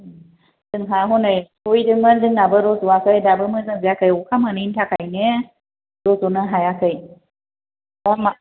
जोंहा हनै खुबैदोंमोन जोंनाबो रज'आखै दाबो मोजां जायाखै अखा मोनैनि थाखायनो रज'नो हायाखै